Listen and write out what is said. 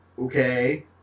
Okay